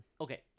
Okay